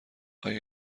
آیا